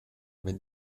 wenn